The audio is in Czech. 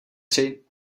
tři